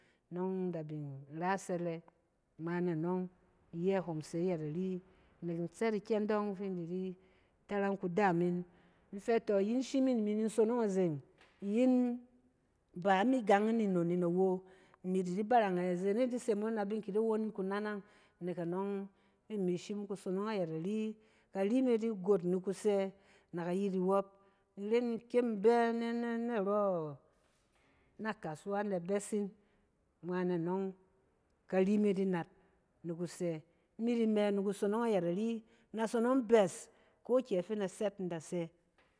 Nↄng in da bin ra sɛlɛ ngma na anↄng, iyɛ hom se ayɛt ari nek in tsɛt ikyɛng dↄng fin di di torang kudaam min. in fɛ tↄ iyin shim yin imi nin sonong azeng, iyin ba ni gang in ni nnon yin awo imi di di barang ɛ-izenen di se mo in da bin ki di won yin kunanang. Nek anↄng fi imi shim kusonong ayɛt ari. Kari me di got ni kusɛ na kuyit iwↄp. in ren in kyem in bɛ nɛ-nɛ-narↄ na kasuwa in da bɛsin, ngma na nↄng, kari me di nat ni kusɛ. Imi di mɛ ni kusonong ayɛt ari. In da sonong bɛs ko kyɛ fin da tsɛt in da sɛ.